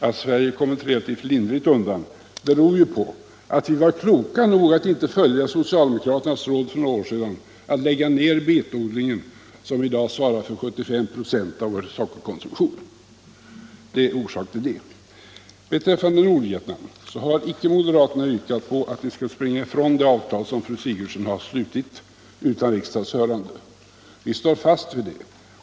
Att Sverige har kommit relativt lindrigt undan beror på att vi var kloka nog att inte följa socialdemokraternas råd för några år sedan att lägga ned betodlingen, som i dag tillgodoser 75 926 av vår sockerkonsumtion. Beträffande Nordvietnam har moderaterna icke yrkat att vi skall springa ifrån det avtal som fru Sigurdsen har slutit utan riksdagens hörande. Vi står fast vid det.